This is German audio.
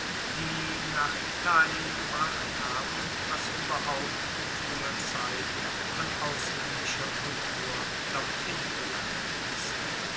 die nach italien gebracht haben was ueberhaupt in frueher zeit von auslaendischer kultur dorthin gelangt ist